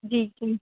جی تم